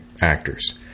actors